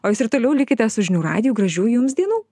o jūs ir toliau likite su žinių radiju gražių jums dienų